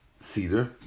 cedar